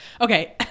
Okay